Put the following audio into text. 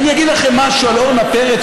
אני אגיד לכם משהו על אורנה פרץ,